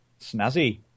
Snazzy